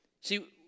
See